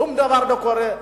שום דבר לא קורה.